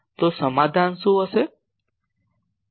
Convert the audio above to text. તો સમાધાન શું હશે